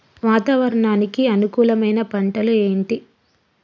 వాతావరణానికి అనుకూలమైన పంటలు ఏంటి?